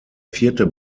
vierte